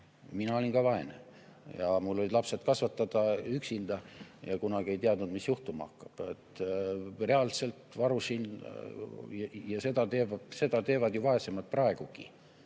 Mina olin ka vaene. Mul olid lapsed üksi kasvatada, ja kunagi ei teadnud, mis juhtuma hakkab. Reaalselt varusin. Ja seda teevad vaesemad ju praegugi.